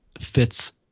fits